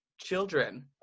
children